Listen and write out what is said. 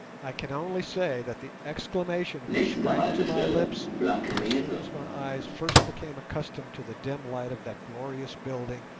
i can only say that the exclamation which sprang to my lips as soon as my eyes first became accustomed to the dim light of that glorious building,